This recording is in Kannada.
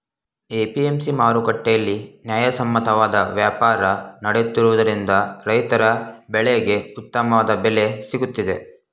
ಎ.ಪಿ.ಎಂ.ಸಿ ಮಾರುಕಟ್ಟೆಯಲ್ಲಿ ನ್ಯಾಯಸಮ್ಮತವಾದ ವ್ಯಾಪಾರ ನಡೆಯುತ್ತಿರುವುದರಿಂದ ರೈತರ ಬೆಳೆಗೆ ಉತ್ತಮವಾದ ಬೆಲೆ ಸಿಗುತ್ತಿದೆ